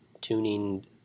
tuning